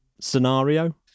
scenario